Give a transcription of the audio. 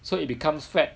so it becomes fat